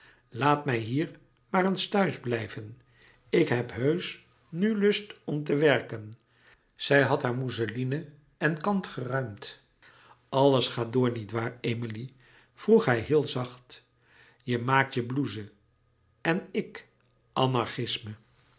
laat mij hier maar eens thuis blijven ik heb heusch nu lust te werken zij had haar mousseline en kant geruimd alles gaat door niet waar emilie vroeg hij heel zacht jij maakt je blouse en ik anarchisme